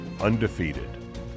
Undefeated